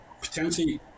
potentially